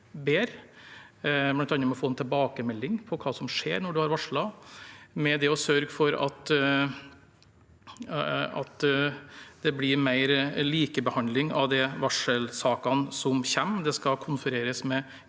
bl.a. ved å få en tilbakemelding om hva som skjer når man har varslet, og for å sørge for at det blir mer likebehandling av de varselsakene som kommer.